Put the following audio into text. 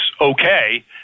okay